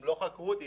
הם לא חקרו אותי.